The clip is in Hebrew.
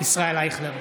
ישראל אייכלר,